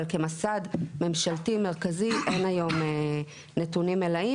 אבל כמסד ממשלתי מרכזי אין היום נתונים מלאים